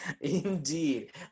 Indeed